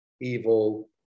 evil